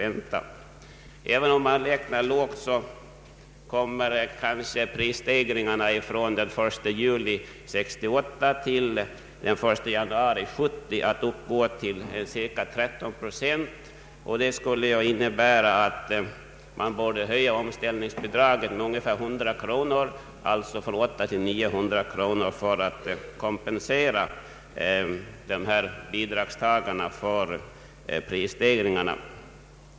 Även om man räknar lågt uppgår kanske prisstegringarna från den 1 juli 1968 till den 1 januari 1970 till cirka 13 procent, vilket skulle innebära att man borde höja omställningsbidragen med ungefär 100 kronor, alltså från 800 kronor till 900 kronor, för att kompensera bidragstagarna för prisstegringarna.